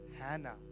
Hannah